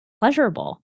pleasurable